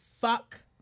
fuck